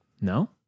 No